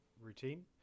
routine